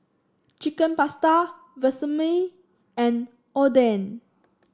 Chicken Pasta Vermicelli and Oden